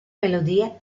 melodie